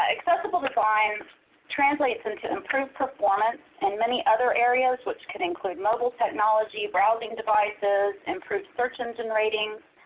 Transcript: accessible design translates into improved performance in many other areas, which can include mobile technology, browsing devices, improve search engine ratings.